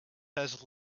has